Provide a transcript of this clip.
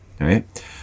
Right